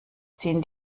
ziehen